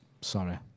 sorry